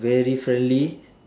very friendly